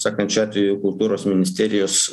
sakant šiuo atveju kultūros ministerijos